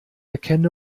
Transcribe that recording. erkenne